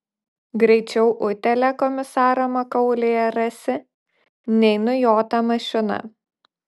greičiau utėlę komisaro makaulėje rasi nei nujotą mašiną